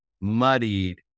muddied